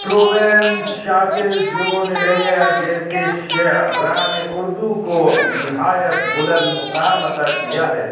Parveen Shakir Jaun Elia جیسے شعرانے اردو کو نہایت بلند مقام عطا کیا ہے